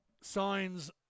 signs